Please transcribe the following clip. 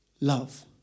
Love